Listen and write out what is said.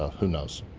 ah who knows?